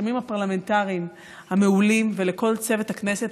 לרשמים הפרלמנטרים המעולים ולכל צוות הכנסת,